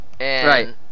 Right